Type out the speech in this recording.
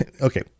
Okay